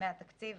מהתקציב